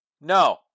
No